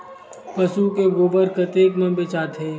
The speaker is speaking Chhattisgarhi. पशु के गोबर कतेक म बेचाथे?